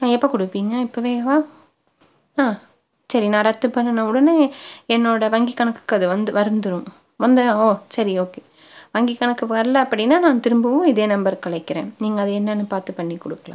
ஆ எப்போ கொடுப்பீங்க இப்போவேவா ஆ சரி நான் ரத்து பண்ணின உடனே என்னோட வங்கி கணக்குக்கு அது வந்து வந்துடும் வந்த ஓ சரி ஓகே வங்கி கணக்கு வர்லை அப்படின்னால் நான் திரும்பவும் இதே நம்பருக்கு அழைக்கிறேன் நீங்கள் அதை என்னென்னு பார்த்து பண்ணிக் கொடுக்கலாம்